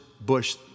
Bush